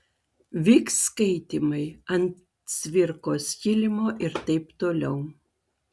vyks skaitymai ant cvirkos kilimo ir taip toliau